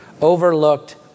overlooked